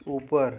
ऊपर